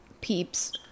peeps